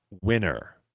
winner